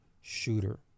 shooter